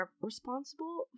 responsible